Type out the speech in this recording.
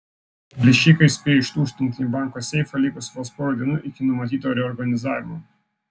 plėšikai spėjo ištuštinti banko seifą likus vos porai dienų iki numatyto reorganizavimo